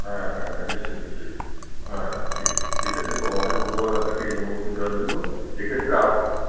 হ্যাঁ হ্যাঁ হ্যাঁ নিশ্চয়ই নিশ্চয়ই হ্যাঁ হ্যাঁ ঠিক ঠিক আছে অনেক ধন্যবাদ আপনাকে এই অনুমতি দেওয়ার জন্য এক্ষেত্রে